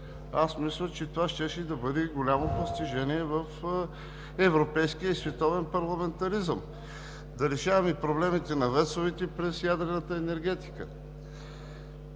Мисля, че това щеше да бъде голямо постижение в европейския и световен парламентаризъм – да решаваме проблемите на ВЕЦ-овете през ядрената енергетика.